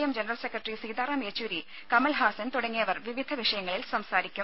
M general secretary Sitaram Yechury Kamal Haasan തുടങ്ങിയവർ വിവിധ വിഷയങ്ങളിൽ സംസാരിക്കും